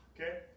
Okay